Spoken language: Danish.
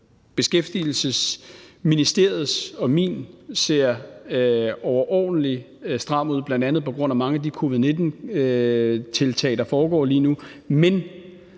Beskæftigelsesministeriets og min ser overordentlig stram ud, bl.a. på grund af mange af de covid-19-tiltag, der foregår lige nu,